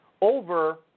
over